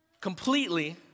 completely